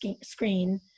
screen